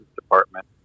department